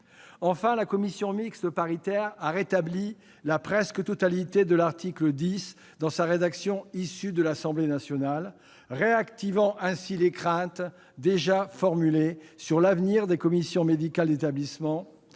La commission mixte paritaire a rétabli la presque totalité de l'article 10 dans sa rédaction issue des travaux de l'Assemblée nationale, réactivant ainsi les craintes déjà formulées sur l'avenir des commissions médicales d'établissement,